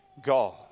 God